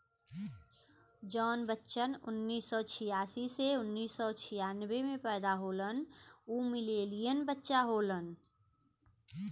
जौन बच्चन उन्नीस सौ छियासी से उन्नीस सौ छियानबे मे पैदा होलन उ मिलेनियन बच्चा होलन